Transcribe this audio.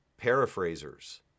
paraphrasers